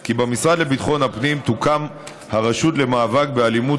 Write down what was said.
כי במשרד לביטחון הפנים תוקם הרשות למאבק באלימות,